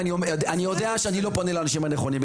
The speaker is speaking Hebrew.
ואני יודע שאני לא פונה לאנשים הנכונים,